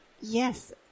Yes